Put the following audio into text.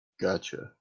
Gotcha